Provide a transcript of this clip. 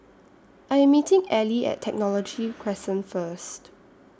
I Am meeting Ally At Technology Crescent First